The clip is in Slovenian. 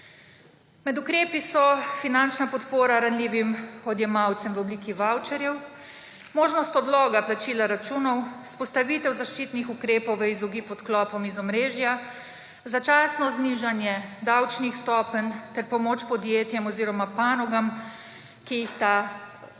Med ukrepi so: finančna podpora ranljivim odjemalcem v obliki vavčerjev, možnost odloga plačila računov, vzpostavitev zaščitnih ukrepov v izogib odklopom z omrežja, začasno znižanje davčnih stopenj ter pomoč podjetjem oziroma panogam, ki jih ta rast